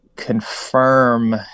confirm